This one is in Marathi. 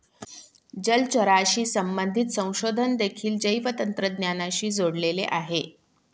जलचराशी संबंधित संशोधन देखील जैवतंत्रज्ञानाशी जोडलेले आहे